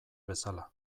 bezala